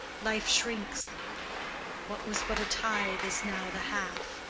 life shrinks what was but a tithe is now the half.